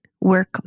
work